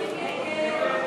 נתקבלה.